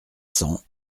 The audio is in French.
cents